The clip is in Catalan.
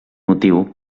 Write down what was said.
motiu